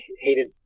hated